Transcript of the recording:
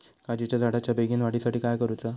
काजीच्या झाडाच्या बेगीन वाढी साठी काय करूचा?